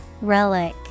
Relic